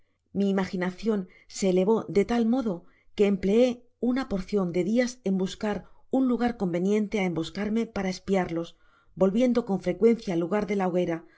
mi imaginacion se elevó de tal modo que empleé uua porcion de días en buscan un lugar conveniente á emboscarme para espiarlos volviendo con frecuencia ai lugar de la hoguera